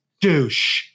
douche